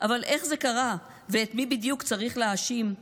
/ אבל איך זה קרה / ואת מי בדיוק צריך להאשים /